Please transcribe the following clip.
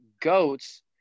goats